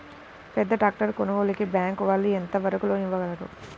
పెద్ద ట్రాక్టర్ కొనుగోలుకి బ్యాంకు వాళ్ళు ఎంత వరకు లోన్ ఇవ్వగలరు?